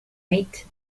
mate